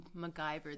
MacGyver